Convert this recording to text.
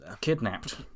kidnapped